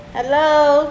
hello